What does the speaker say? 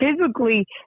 physically